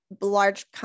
large